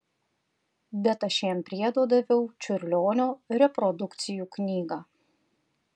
bet aš jam priedo daviau čiurlionio reprodukcijų knygą